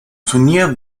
turnier